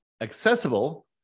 accessible